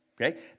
Okay